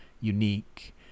unique